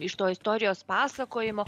iš to istorijos pasakojimo